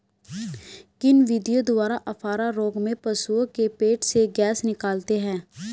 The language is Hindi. किन विधियों द्वारा अफारा रोग में पशुओं के पेट से गैस निकालते हैं?